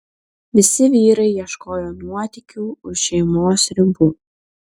visi vyrai ieškojo nuotykių už šeimos ribų